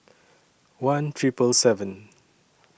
one Triple seven